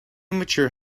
mature